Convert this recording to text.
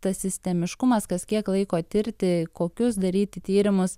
tas sistemiškumas kas kiek laiko tirti kokius daryti tyrimus